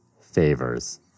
favors